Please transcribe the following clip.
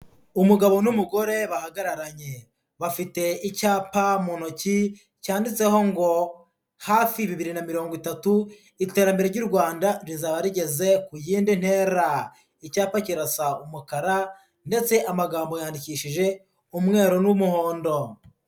Umugabo n'umugore bahagararanye, bafite icyapa mu ntoki cyanditseho ngo hafi bibiri na mirongo itatu iterambere ry'u Rwanda rizaba rigeze ku yindi ntera, icyapa kirasa umukara ndetse amagambo yandikishije umweru n'umuhondo.